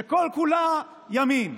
שכול כולה ימין.